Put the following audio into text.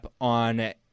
on